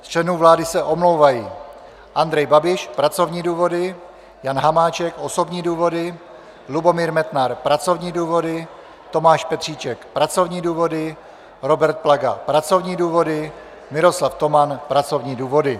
Z členů vlády se omlouvají: Andrej Babiš pracovní důvody, Jan Hamáček osobní důvody, Lubomír Metnar pracovní důvody, Tomáš Petříček pracovní důvody, Robert Plaga pracovní důvody, Miroslav Toman pracovní důvody.